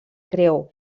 creu